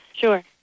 Sure